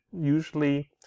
usually